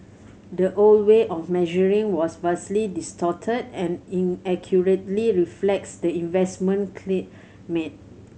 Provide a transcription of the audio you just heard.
the old way of measuring was vastly distorted and inaccurately reflects the investment climate